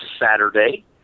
Saturday